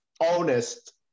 honest